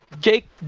Jake